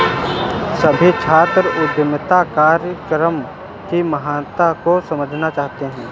सभी छात्र उद्यमिता कार्यक्रम की महत्ता को समझना चाहते हैं